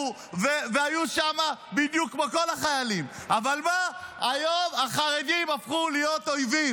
שבאים ויוצאים ומדברים נגד החרדים ונגד חוק המעונות.